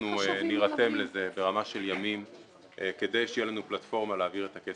אנחנו נירתם לזה ברמה של ימים כדי שתהיה לנו פלטפורמה להעביר את הכסף.